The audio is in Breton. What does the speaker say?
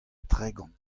tregont